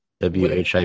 WHIP